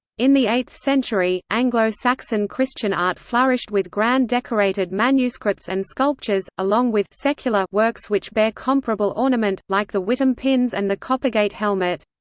in the eighth century, anglo-saxon christian art flourished with grand decorated manuscripts and sculptures, along with secular works which bear comparable ornament, like the witham pins and the coppergate helmet.